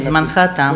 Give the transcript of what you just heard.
זמנך תם.